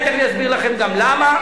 תיכף אני אסביר לכם גם למה.